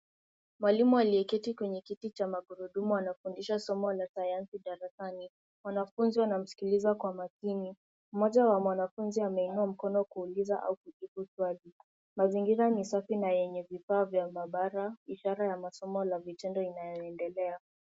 Mwalimu aliyeketi kwenye kiti cha magurudumu anafundisha somo la sayansi darasani. Mwanafunzi wanamsikiliza kwa makini. Mmoja wa mwanafunzi ameinua mkono kuuliza au kujibu swali. Mazingira ni safi na yenye vifaa vya maabara, ishara ya masomo na vitendo inayoendelea.